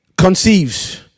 Conceives